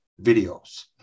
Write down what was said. videos